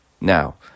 Now